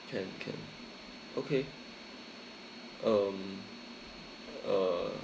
can can okay um uh